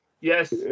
Yes